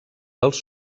dels